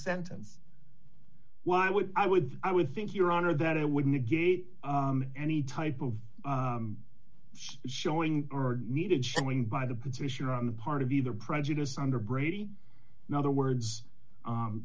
sentence why would i would i would think your honor that it would negate any type of showing or needed showing by the petitioner on the part of either prejudice under brady and other words